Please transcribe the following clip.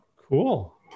Cool